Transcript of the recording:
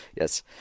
Yes